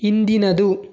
ಹಿಂದಿನದು